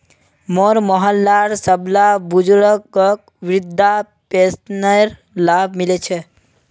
मोर मोहल्लार सबला बुजुर्गक वृद्धा पेंशनेर लाभ मि ल छेक